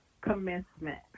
commencement